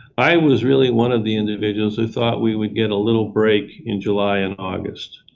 i was really one of the individuals who thought we would get a little break in july and august.